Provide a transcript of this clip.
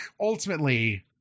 ultimately